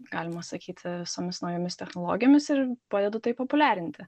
galima sakyti visomis naujomis technologijomis ir padedu tai populiarinti